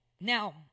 Now